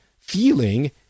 feeling